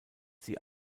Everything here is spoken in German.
sie